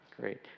Great